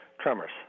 tremors